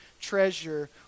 treasure